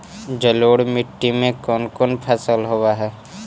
जलोढ़ मट्टी में कोन कोन फसल होब है?